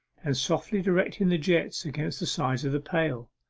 and softly directing the jets against the sides of the pail.